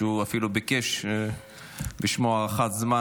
שאפילו ביקש בשמו הארכת זמן,